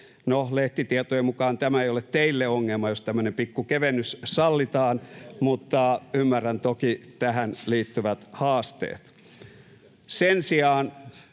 lehtitietojen mukaan tämä ei ole teille ongelma — jos tämmöinen pikku kevennys sallitaan — [Kimmo Kiljunen: Sallitaan!] mutta ymmärrän toki tähän liittyvät haasteet. Sen sijaan